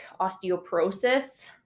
osteoporosis